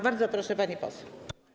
Bardzo proszę, pani poseł.